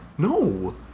No